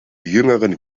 jüngeren